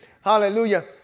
hallelujah